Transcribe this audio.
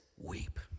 weep